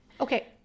okay